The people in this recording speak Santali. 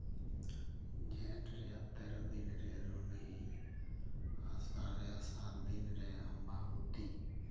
ᱡᱷᱮᱸᱴ ᱨᱮᱭᱟᱜ ᱛᱮᱨᱚ ᱫᱤᱱᱨᱮ ᱨᱩᱦᱱᱤ ᱟᱥᱟᱲ ᱨᱮᱭᱟᱜ ᱥᱟᱛ ᱫᱤᱱᱨᱮ ᱟᱢᱵᱟᱵᱚᱛᱤ